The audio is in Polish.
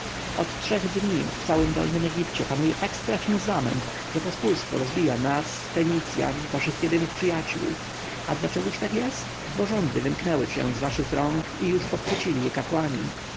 od trzech dni w całym dolnym egipcie panuje tak straszny zamęt że pospólstwo rozbija nas fenicjan waszych jedynych przyjaciół a dlaczego tak jest bo rządy wymknęły się z waszych rąk i już pochwycili je kapłani